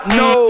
no